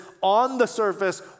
on-the-surface